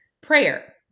prayer